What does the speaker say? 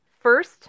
First